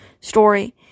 story